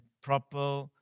proper